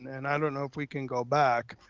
and i don't know if we can go back.